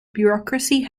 bureaucracy